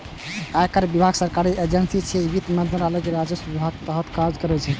आयकर विभाग सरकारी एजेंसी छियै, जे वित्त मंत्रालय के राजस्व विभागक तहत काज करै छै